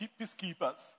peacekeepers